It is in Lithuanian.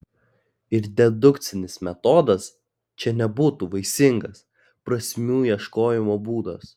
ir dedukcinis metodas čia nebūtų vaisingas prasmių ieškojimo būdas